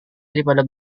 daripada